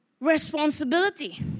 responsibility